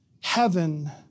heaven